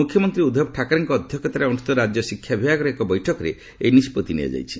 ମୁଖ୍ୟମନ୍ତ୍ରୀ ଉଦ୍ଧବ ଠାକ୍ରେଙ୍କ ଅଧ୍ୟକ୍ଷତାରେ ଅନୁଷ୍ଠିତ ରାଜ୍ୟ ଶିକ୍ଷା ବିଭାଗର ଏକ ବୈଠକରେ ଏହି ନିଷ୍ପଭି ନିଆଯାଇଛି